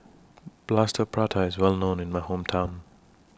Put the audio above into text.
Plaster Prata IS Well known in My Hometown